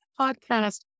podcast